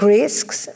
risks